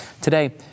Today